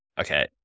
Okay